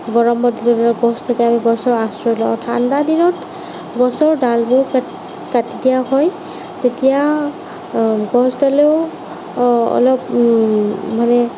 গৰমত ধৰি লওক গছ থাকে আমি গছৰ আশ্ৰয় লওঁ ঠাণ্ডা দিনত গছৰ ডালবোৰ কাটি দিয়া হয় তেতিয়া গছডালেও অলপ মানে